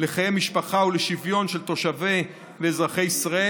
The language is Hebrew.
לחיי משפחה ולשוויון של תושבי ואזרחי ישראל